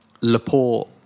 Laporte